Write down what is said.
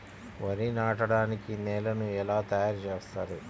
వరి నాటడానికి నేలను ఎలా తయారు చేస్తారు?